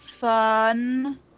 fun